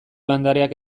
landareak